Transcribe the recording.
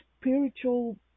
spiritual